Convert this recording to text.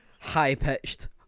high-pitched